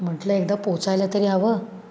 म्हटलं एकदा पोहचायला तरी हवं